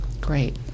Great